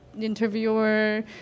interviewer